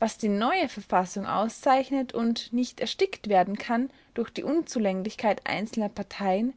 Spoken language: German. was die neue verfassung auszeichnet und nicht erstickt werden kann durch die unzulänglichkeit einzelner partien